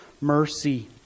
mercy